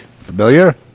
Familiar